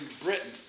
Britain